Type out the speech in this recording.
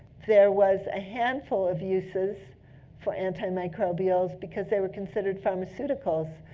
there was a handful of uses for antimicrobials, because they were considered pharmaceuticals.